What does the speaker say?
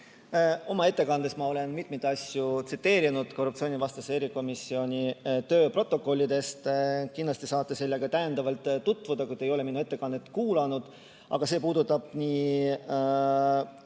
Oma ettekandes ma olen mitmeid asju tsiteerinud korruptsioonivastase erikomisjoni töö protokollidest. Kindlasti saate sellega täiendavalt tutvuda, kui te ei ole minu ettekannet kuulanud. Aga see puudutab